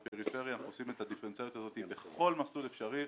לפריפריה ואנחנו עושים את הדיפרנציאציה הזאת בכל מסלול אפשרי.